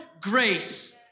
grace